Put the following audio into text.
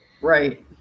Right